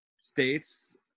states